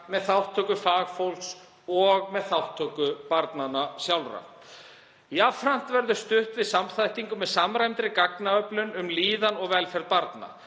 með þátttöku fagfólks og með þátttöku barnanna sjálfra. Jafnframt verður stutt við samþættingu með samræmdri gagnaöflun um líðan og velferð barna.